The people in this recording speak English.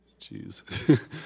Jeez